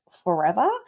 forever